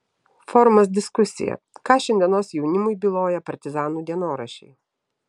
forumas diskusija ką šiandienos jaunimui byloja partizanų dienoraščiai